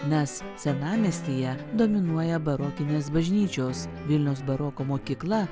nes senamiestyje dominuoja barokinės bažnyčios vilniaus baroko mokykla